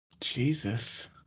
Jesus